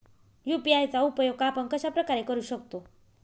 UPI चा उपयोग आपण कशाप्रकारे करु शकतो?